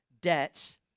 debts